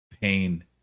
Pain